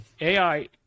AI